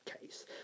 case